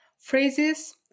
Phrases